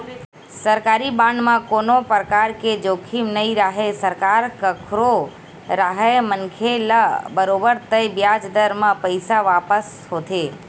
सरकारी बांड म कोनो परकार के जोखिम नइ राहय सरकार कखरो राहय मनखे ल बरोबर तय बियाज दर म पइसा वापस होथे